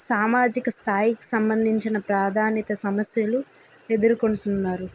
సామాజిక స్థాయికి సంబంధించిన ప్రాధాన్యత సమస్యలు ఎదుర్కొంటున్నారు